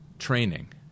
training